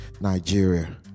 Nigeria